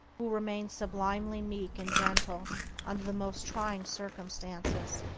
who remains sublimely meek and gentle under the most trying circumstances,